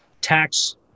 tax